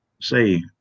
say